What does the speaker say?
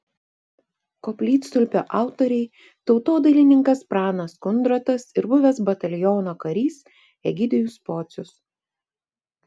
koplytstulpio autoriai tautodailininkas pranas kundrotas ir buvęs bataliono karys egidijus pocius